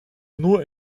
nur